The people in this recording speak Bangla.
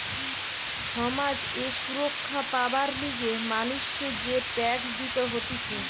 সমাজ এ সুরক্ষা পাবার লিগে মানুষকে যে ট্যাক্স দিতে হতিছে